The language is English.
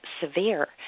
severe